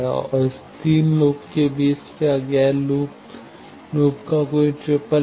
और इन तीन लूप के बीच क्या गैर लूप लूप का कोई ट्रिपल है